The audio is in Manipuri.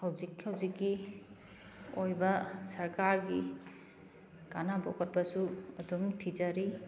ꯍꯧꯖꯤꯛ ꯍꯧꯖꯤꯛꯀꯤ ꯑꯣꯏꯕ ꯁꯔꯀꯥꯔꯒꯤ ꯀꯥꯟꯅꯕ ꯈꯣꯠꯄꯁꯨ ꯑꯗꯨꯝ ꯊꯤꯖꯔꯤ